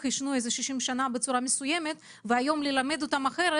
שעישנו 60 שנים בצורה מסוימת והיום ללמד אותם אחרת.